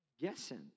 guessing